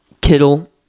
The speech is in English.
Kittle